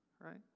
right